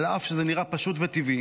אף שזה נראה פשוט וטבעי,